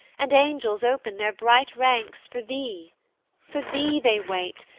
and angels open their bright ranks for thee for thee they wait,